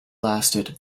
lasted